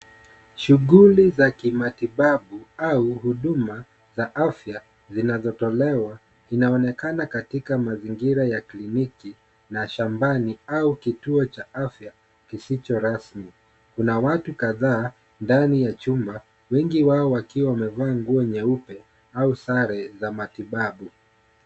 Shughuli za kimatibabu au huduma za afya zinazotolewa inaonekana katika mazingira ya kliniki na shambani au kituo cha afya kisicho rasmi. Kuna watu kadhaa ndani ya chumba wengi wao wakiwa wamevaa nguo nyeupe au sare za matibabu.